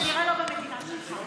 זה כנראה לא במדינה שלך,